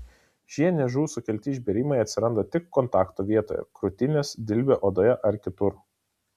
šie niežų sukelti išbėrimai atsiranda tik kontakto vietoje krūtinės dilbio odoje ar kitur